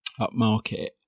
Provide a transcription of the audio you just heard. upmarket